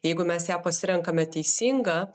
jeigu mes ją pasirenkame teisingą